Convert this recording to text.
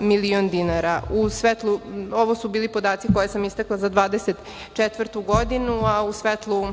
milion dinara. Ovo su bili podaci koje sam istakla za 2024. godinu, a u svetlu